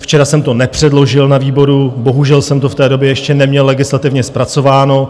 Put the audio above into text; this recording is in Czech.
Včera jsem to nepředložil na výboru, bohužel jsem to v té době ještě neměl legislativně zpracováno.